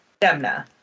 Demna